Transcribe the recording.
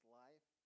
life